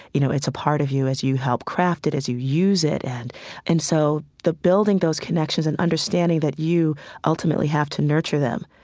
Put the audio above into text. you know, it's a part of you as you help craft it, as you use it. and and so the, building those connections and understanding that you ultimately have to nurture them,